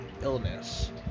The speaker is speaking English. illness